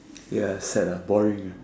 ya sad ah boring ah